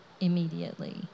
immediately